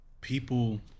People